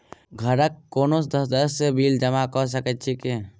घरक कोनो सदस्यक बिल जमा कऽ सकैत छी की?